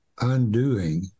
undoing